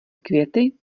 květy